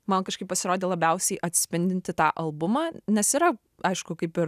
man kažkaip pasirodė labiausiai atspindinti tą albumą nes yra aišku kaip ir